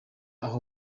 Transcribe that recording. aho